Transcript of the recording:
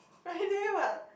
Friday what